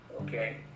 okay